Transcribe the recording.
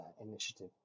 initiative